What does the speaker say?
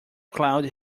cloud